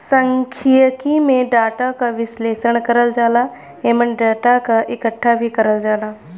सांख्यिकी में डाटा क विश्लेषण करल जाला एमन डाटा क इकठ्ठा भी करल जाला